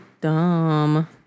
dumb